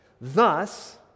thus